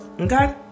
Okay